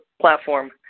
platform